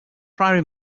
priory